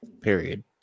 Period